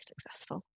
successful